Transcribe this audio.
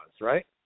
right